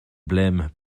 blême